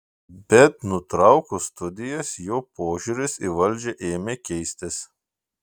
bet nutraukus studijas jo požiūris į valdžią ėmė keistis